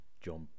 jump